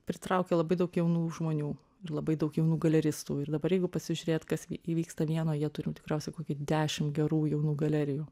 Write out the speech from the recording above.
pritraukia labai daug jaunų žmonių ir labai daug jaunų galeristų ir dabar jeigu pasižiūrėt kas įvyksta vienoj jie turi tikriausiai kokį dešim gerų jaunų galerijų